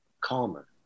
calmer